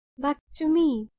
but to me.